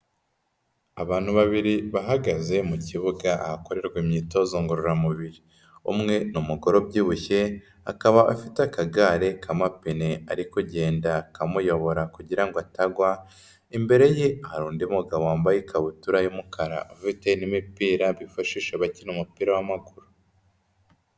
Abantu babiri bahagaze mu kibuga ahakorerwa imyitozo ngororamubiri. Umwe ni umugore ubyibushye, akaba afite akagare k'amapine ari kugenda kamuyobora kugira ngo atagwa, imbere ye hari undi mugabo wambaye ikabutura y'umukara, afite n'imipira bifashisha bakina umupira w'amaguru.